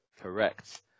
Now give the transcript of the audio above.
Correct